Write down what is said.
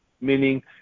meaning